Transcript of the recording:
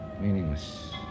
Meaningless